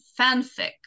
fanfic